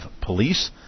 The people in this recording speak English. police